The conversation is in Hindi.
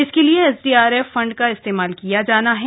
इसके लिए एसडीआरएफ फंड का इस्तेमाल किया जाना है